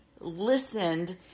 listened